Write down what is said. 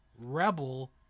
Rebel